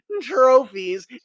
trophies